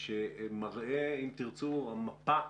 שמראה את מפת